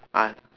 ah